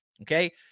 Okay